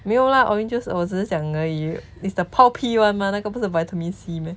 没有 lah orange juice 我只讲而已 is the pulpy one mah 那个不是 vitamin C meh